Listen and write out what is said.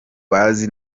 bazi